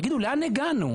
תגידו, לאן הגענו?